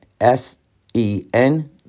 S-E-N